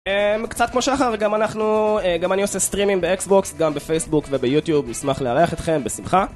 קצת כמו שחר, גם אני עושה סטרימים באקסבוקס, גם בפייסבוק וביוטיוב, נשמח לארח אתכם, בשמחה